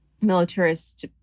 militarist